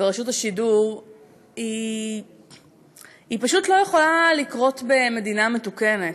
ורשות השידור פשוט לא יכולה לקרות במדינה מתוקנת.